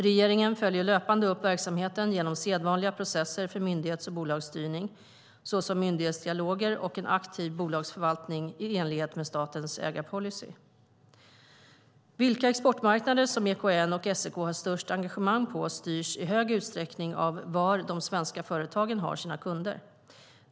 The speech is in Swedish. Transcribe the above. Regeringen följer löpande upp verksamheten genom sedvanliga processer för myndighets och bolagsstyrning såsom myndighetsdialoger och en aktiv bolagsförvaltning i enlighet med statens ägarpolicy. Vilka exportmarknader som EKN och SEK har störst engagemang på styrs i hög utsträckning av var de svenska företagen har sina kunder.